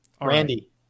Randy